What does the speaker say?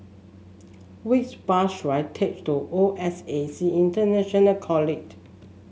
which bus should I take to O S A C International College